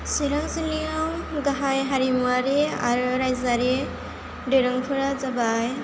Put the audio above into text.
चिरां जिल्लायाव गाहाइ हारिमुआरि आरो रायजोआरि दोरोंफोरा जाबाय